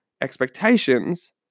expectations